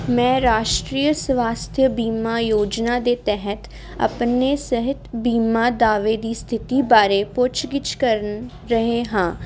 ਮੈਂ ਰਾਸ਼ਟਰੀ ਸਵਾਸਥਯ ਬੀਮਾ ਯੋਜਨਾ ਦੇ ਤਹਿਤ ਆਪਣੇ ਸਿਹਤ ਬੀਮਾ ਦਾਅਵੇ ਦੀ ਸਥਿਤੀ ਬਾਰੇ ਪੁੱਛ ਗਿੱਛ ਕਰ ਰਿਹਾ ਹਾਂ